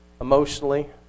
emotionally